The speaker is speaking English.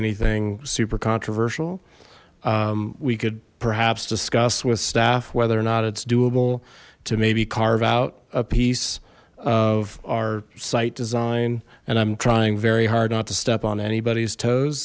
anything super controversial we could perhaps discuss with staff whether or not it's doable maybe carve out a piece of our site design and i'm trying very hard not to step on anybody's toes